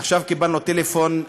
עכשיו קיבלנו טלפון,